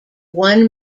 one